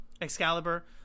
Excalibur